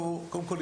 קודם כל,